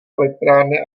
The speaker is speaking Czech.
elektrárny